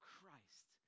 Christ